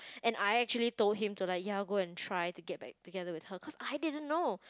and I actually told him to like ya go and try to get back together her cause I didn't know